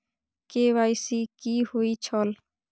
KYC कि होई छल?